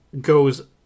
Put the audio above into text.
goes